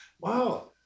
Wow